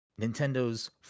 Nintendo's